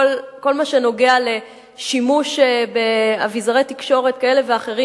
כל מה שנוגע לשימוש באביזרי תקשורת כאלה ואחרים,